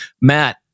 Matt